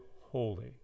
holy